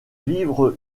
vivre